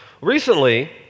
Recently